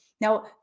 Now